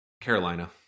Carolina